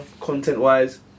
content-wise